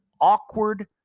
awkward